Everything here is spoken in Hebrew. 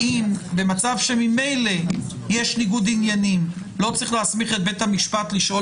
האם במצב שממילא יש ניגוד עניינים לא צריך להסמיך את בית המשפט לשאול